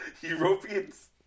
Europeans